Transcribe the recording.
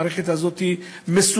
המערכת הזאת מסובכת,